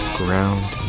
ground